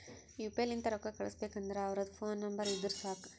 you P I ಲಿಂತ್ ರೊಕ್ಕಾ ಕಳುಸ್ಬೇಕ್ ಅಂದುರ್ ಅವ್ರದ್ ಫೋನ್ ನಂಬರ್ ಇದ್ದುರ್ ಸಾಕ್